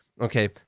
Okay